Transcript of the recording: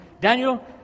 Daniel